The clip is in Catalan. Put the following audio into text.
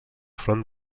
front